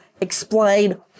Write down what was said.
Explain